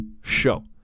show